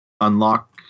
unlock